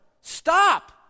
Stop